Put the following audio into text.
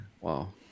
Wow